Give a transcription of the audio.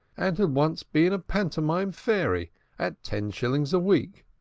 and had once been a pantomime fairy at ten shillings a week,